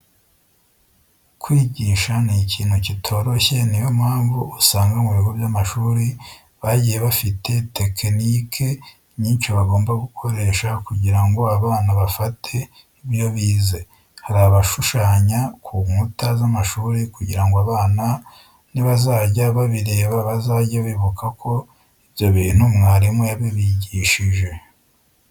Kwigisha ni ikintu kitoroshye, niyo mpamvu usanga mu bigo by'amashuri bagiye bafite tekenike nyinshi bagomba gukoresha kugira ngo abana bafate ibyo bize. Hari abashushanya ku nkuta z'amashuri kugira ngo abana nibazajya babireba bazajye bibuka ko ibyo bintu mwarimu yabibigishije.